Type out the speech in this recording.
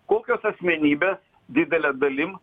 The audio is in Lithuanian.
kokios asmenybės didele dalim